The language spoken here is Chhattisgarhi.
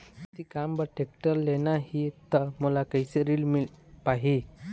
खेती काम बर टेक्टर लेना ही त मोला कैसे ऋण मिल पाही?